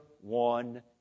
one